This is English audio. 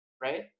right